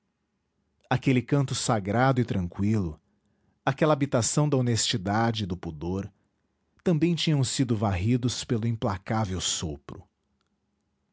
aquele canto sagrado e tranqüilo aquela habitação da honestidade e do pudor também tinham sido varridos pelo implacável sopro